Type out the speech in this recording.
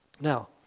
Now